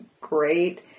great